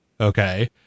okay